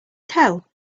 tell